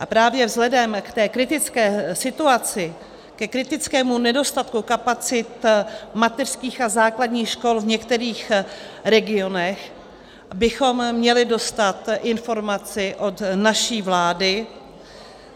A právě vzhledem k té kritické situaci, ke kritickému nedostatku kapacit mateřských a základních škol v některých regionech, bychom měli dostat informaci od naší vlády,